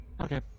Okay